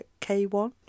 K1